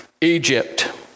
Egypt